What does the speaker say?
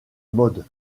mode